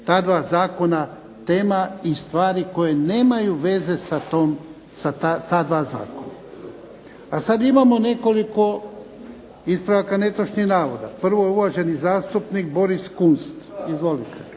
ta dva zakona tema i stvari koje nemaju veze sa ta dva zakona. Sad imamo nekoliko ispravaka netočnih navoda. Prvo je uvaženi zastupnik Boris Kunst. Izvolite.